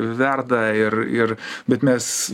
verda ir ir bet mes